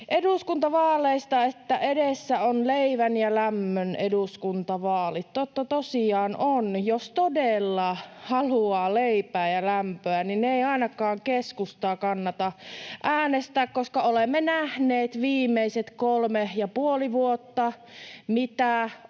eduskuntavaaleista, että edessä ovat leivän ja lämmön eduskuntavaalit. Totta tosiaan ovat: jos todella haluaa leipää ja lämpöä, niin ei ainakaan keskustaa kannata äänestää, koska olemme nähneet viimeiset kolme ja puoli vuotta, mitä